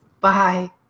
Bye